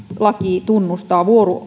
laki tunnustaa